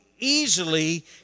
easily